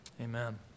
Amen